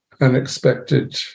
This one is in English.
unexpected